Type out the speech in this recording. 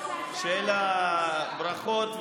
שיהיו לה ברכות,